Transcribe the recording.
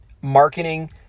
marketing